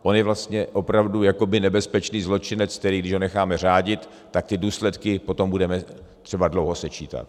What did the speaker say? On je vlastně opravdu jakoby nebezpečný zločinec, který, když ho necháme řádit, tak ty důsledky potom budeme třeba dlouho sečítat.